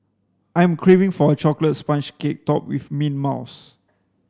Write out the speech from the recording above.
I'm craving for a chocolate sponge cake topped with mint mouse